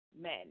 men